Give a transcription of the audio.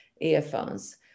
earphones